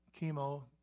chemo